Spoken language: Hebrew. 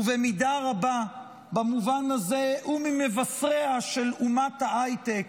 ובמידה רבה במובן הזה הוא ממבשריה של אומת ההייטק,